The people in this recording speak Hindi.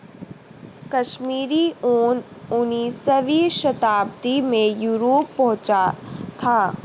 कश्मीरी ऊन उनीसवीं शताब्दी में यूरोप पहुंचा था